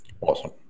Awesome